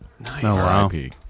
Nice